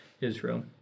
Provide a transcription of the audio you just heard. israel